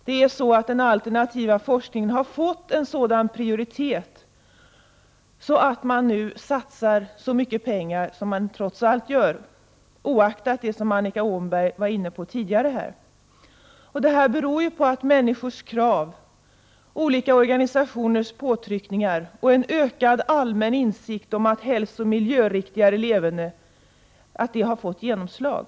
Den alternativa odlingen har fått en sådan prioritet att det nu satsas så mycket pengar på den som trots allt sker, oaktat vad Annika Åhnberg tidigare var inne på. Det här beror på att människors krav, olika organisationers påtryckningar och en ökad allmän insikt om vikten av ett hälsooch miljöriktigare leverne har fått genomslag.